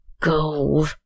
go